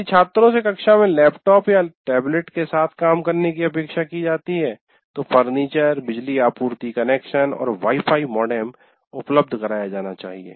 यदि छात्रों से कक्षा में लैपटॉप या टैबलेट के साथ काम करने की अपेक्षा की जाती है तो फर्नीचर बिजली आपूर्ति कनेक्शन और वाई फाई मॉडेम उपलब्ध कराया जाना चाहिए